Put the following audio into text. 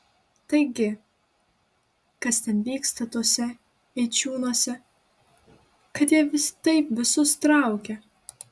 taigi kas ten vyksta tuose eičiūnuose kad jie taip visus traukia